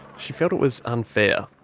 she felt it was unfair.